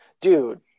dude